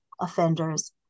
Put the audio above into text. offenders